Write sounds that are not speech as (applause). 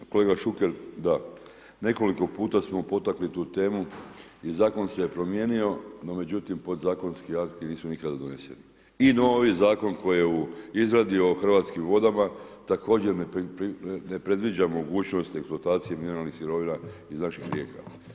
Kolega Šuker, da, nekoliko puta smo potakli tu temu i zakon se promijenio, no međutim, podzakonski akti nisu nikada donošeni i novi Zakon koji je u izradi o hrvatskim vodama, također ne predviđa mogućnost … (unintelligible) mirovnih sirovina iz naših rijeka.